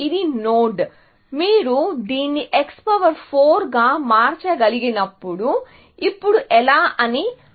ఇది నోడ్ మీరు దీన్ని x4 గా మార్చగలిగినప్పుడు ఇప్పుడు ఎలా అని అడగవద్దు